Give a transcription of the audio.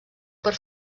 per